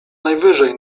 najwyżej